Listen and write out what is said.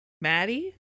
Maddie